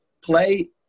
play